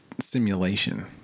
simulation